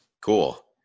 Cool